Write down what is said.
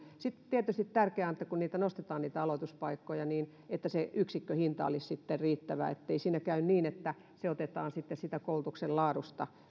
sitten tietysti tärkeää on että kun niitä aloituspaikkoja nostetaan niin se yksikköhinta olisi riittävä ettei siinä käy niin että se opiskelijoiden valmistaminen otetaan koulutuksen laadusta